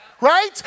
Right